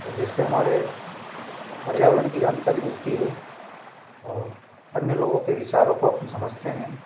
और जिससे हमारे पर्यावरण की जानकारी मिलती है और अन्य लोगों के विचारों को अपन समझते हैं